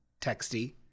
texty